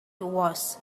was